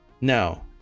no